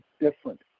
different